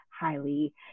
highly